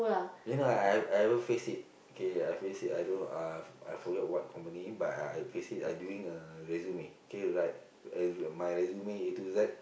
you know I I I ever face it okay I face it I don't know uh I I forget what company but I I face it I doing a resume K like my resume A to Z